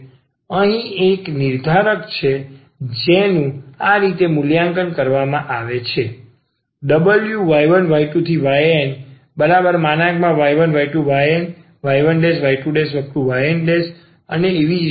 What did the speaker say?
આ અહીં એક નિર્ધારક છે જેનું આ રીતે મૂલ્યાંકન કરવામાં આવે છે